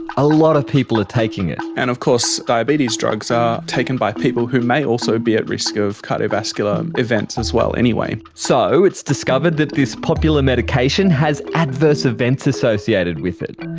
a lot of people are taking it. and of course diabetes drugs are taken by people who may also be at risk of cardiovascular um events as well anyway. so it's discovered that this popular medication has adverse events associated with it.